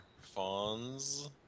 Fawns